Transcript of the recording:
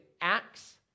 Acts